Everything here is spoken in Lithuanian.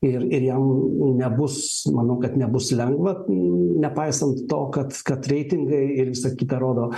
ir ir jam nebus manau kad nebus lengva nepaisant to kad kad reitingai ir visa kita rodo